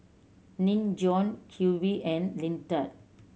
Nin Jiom Q V and Lindt